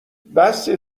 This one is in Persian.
بسه